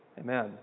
Amen